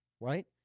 Right